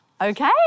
Okay